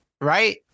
Right